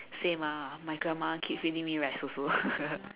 same ah my grandma keep feeding me rice also